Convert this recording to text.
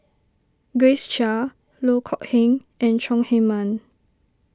Grace Chia Loh Kok Heng and Chong Heman